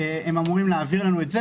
הם אמורים להעביר לנו את זה.